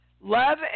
Love